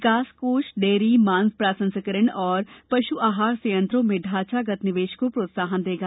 विकास कोष डेयरी मांस प्रसंस्करण और पशु आहार संयंत्रों में ढांचागत निवेश को प्रोत्साहन देगा